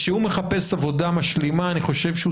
כשהוא מחפש עבודה משלימה אני חושב שהוא